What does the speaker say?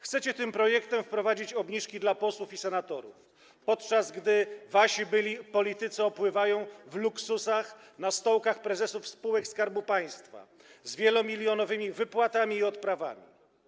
Chcecie tym projektem wprowadzić obniżki dla posłów i senatorów, podczas gdy wasi byli politycy opływają w luksusy na stołkach prezesów spółek Skarbu Państwa z wielomilionowymi wypłatami i odprawami.